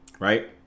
right